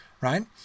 right